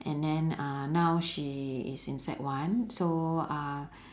and then uh now she is in sec one so uh